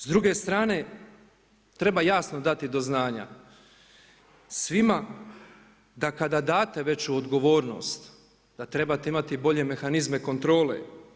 S druge strane, treba jasno dati do znanja svima da kada date veću odgovornost, da trebate imati bolje mehanizme kontrole.